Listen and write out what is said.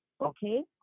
okay